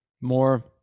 More